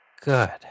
good